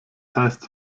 heißt